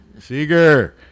Seeger